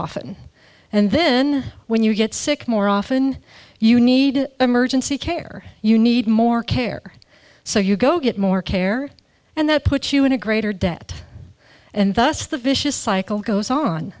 often and then when you get sick more often you need emergency care you need more care so you go get more care and that puts you in a greater debt and that's the vicious cycle goes on